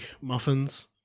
muffins